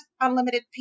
unlimited